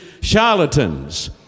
charlatans